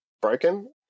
broken